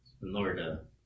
Lord